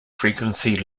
frequency